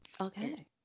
Okay